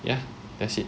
ya that's it